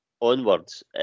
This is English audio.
onwards